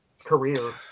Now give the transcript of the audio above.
career